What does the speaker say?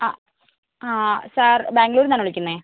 ആ സാർ ബാംഗ്ലൂരിൽനിന്ന് ആണോ വിളിക്കുന്നത്